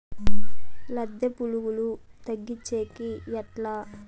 లద్దె పులుగులు తగ్గించేకి ఎట్లా?